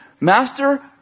master